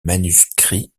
manuscrit